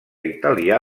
italià